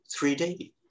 3D